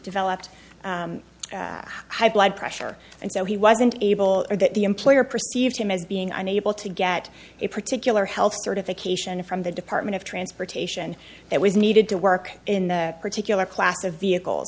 developed high blood pressure and so he wasn't able or that the employer perceived him as being unable to get a particular health certification from the department of transportation that was needed to work in the particular